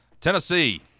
tennessee